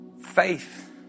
faith